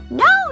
no